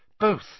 Both